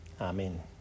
Amen